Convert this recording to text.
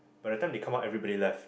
by the time they come out everybody left